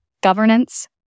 Governance